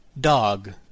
dog